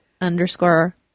underscore